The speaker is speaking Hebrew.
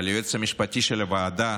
על היועץ המשפטי של הוועדה,